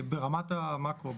ברמת המקרו,